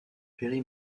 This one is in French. perry